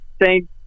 thank